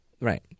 Right